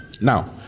now